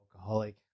Alcoholic